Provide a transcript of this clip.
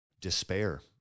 despair